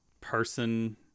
person